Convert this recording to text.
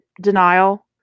denial